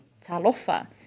talofa